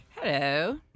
Hello